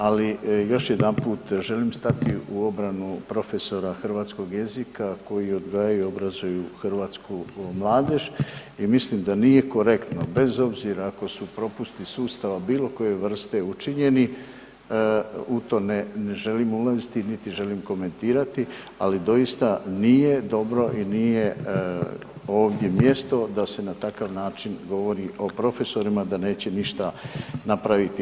Ali još jedanput želim stati u obranu profesora hrvatskog jezika koji odgajaju i obrazuju hrvatsku mladež i mislim da nije korektno bez obzira ako su propusti sustava bilo koje vrste učinjeni u to ne želim ulaziti niti želim komentirati, ali doista nije dobro i nije ovdje mjesto da se na takav način govori o profesorima da neće ništa napraviti.